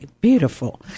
beautiful